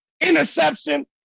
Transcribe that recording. interception